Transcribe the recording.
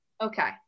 Okay